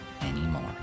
anymore